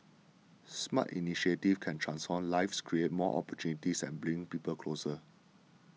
smart initiatives can transform lives create more opportunities and bring people closer